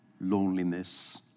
loneliness